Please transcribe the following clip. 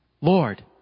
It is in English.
Lord